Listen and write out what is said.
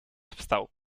wstał